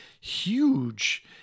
huge